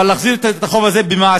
אבל, להחזיר את החוב הזה במעשים,